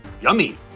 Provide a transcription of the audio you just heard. Yummy